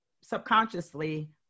subconsciously